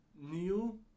new